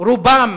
רובם